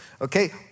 Okay